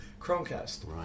Chromecast